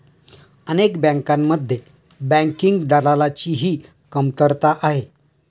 अनेक बँकांमध्ये बँकिंग दलालाची ही कमतरता आहे